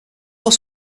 was